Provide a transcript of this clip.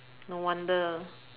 no wonder